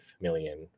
million